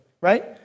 right